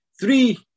Three